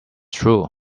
true